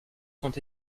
sont